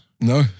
No